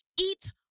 eat